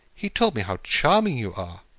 he told me how charming you are,